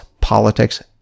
Politics